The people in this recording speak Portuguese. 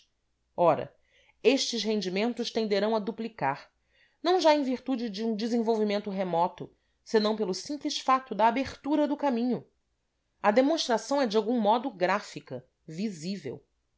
ora estes rendimentos tenderão a duplicar não já em virtude de um desenvolvimento remoto senão pelo simples fato da abertura do caminho a demonstração é de algum modo gráfica visível